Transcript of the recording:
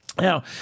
Now